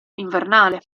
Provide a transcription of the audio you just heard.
invernale